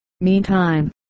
meantime